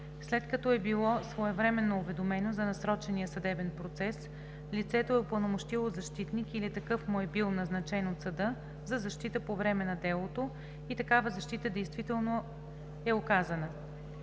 след като е било своевременно уведомено за насрочения съдебен процес, лицето е упълномощило защитник или такъв му е бил назначен от съда за защита по време на делото и такава защита действително е оказана;